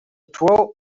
twelve